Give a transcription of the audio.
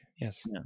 Yes